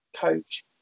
coach